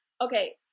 Okay